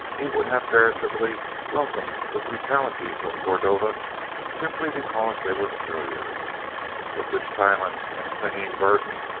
he would have veritably welcomed the brutalities of cordova simply because they were familiar but this silent and clinging burden?